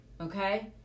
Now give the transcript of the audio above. okay